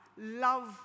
Love